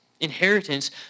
inheritance